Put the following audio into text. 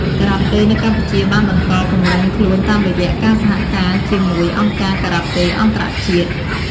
ការ៉ាតេនៅកម្ពុជាបានបន្តពង្រឹងខ្លួនតាមរយៈការសហការជាមួយអង្គការការ៉ាតេអន្តរជាតិ។